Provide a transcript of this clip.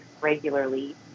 regularly